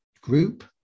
group